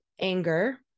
anger